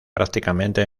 prácticamente